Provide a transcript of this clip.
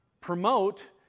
promote